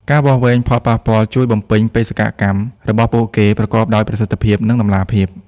ការវាស់វែងផលប៉ះពាល់ជួយបំពេញបេសកកម្មរបស់ពួកគេប្រកបដោយប្រសិទ្ធភាព និងតម្លាភាព។